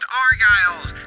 argyles